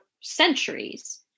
centuries